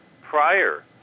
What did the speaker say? prior